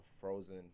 frozen